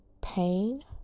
pain